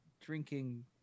drinking